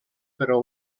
però